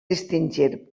distingir